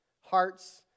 hearts